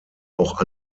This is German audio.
auch